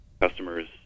customers